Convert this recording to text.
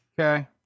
Okay